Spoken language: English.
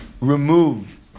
remove